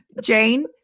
Jane